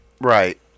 right